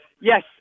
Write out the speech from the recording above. Yes